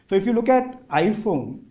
if you look at iphone,